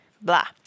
Blah